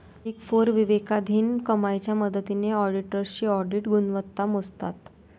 big four विवेकाधीन कमाईच्या मदतीने ऑडिटर्सची ऑडिट गुणवत्ता मोजतात